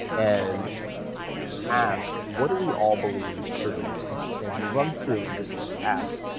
and ask what do we all believe is true and so and run through and just ask,